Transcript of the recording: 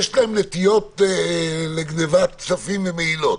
יש להם נטיות לגניבת כספים ולמעילות.